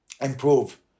improve